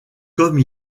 comme